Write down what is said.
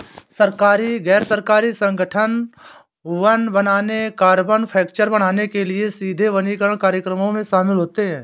सरकारी, गैर सरकारी संगठन वन बनाने, कार्बन कैप्चर बढ़ाने के लिए सीधे वनीकरण कार्यक्रमों में शामिल होते हैं